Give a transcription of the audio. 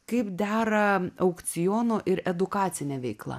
kaip dera aukciono ir edukacinė veikla